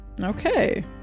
Okay